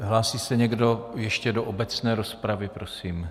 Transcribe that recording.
Hlásí se někdo ještě do obecné rozpravy, prosím?